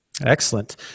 Excellent